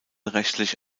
rechtlich